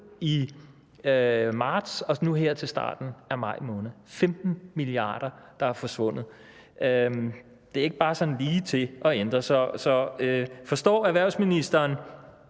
i marts og så nu her til starten af maj måned. 15 mia. kr. er forsvundet. Det er ikke bare sådan lige til at ændre. Så forstår erhvervsministeren,